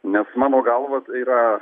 nes mano galva tai yra